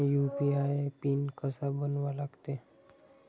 UPI PIN कसा बनवा लागते?